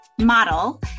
model